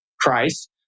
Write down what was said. Christ